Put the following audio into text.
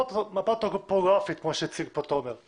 מפה טופוגרפית כמו שהציג כאן תומר,